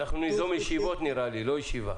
אנחנו ניזום ישיבות, נראה לי, לא ישיבה.